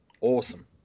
awesome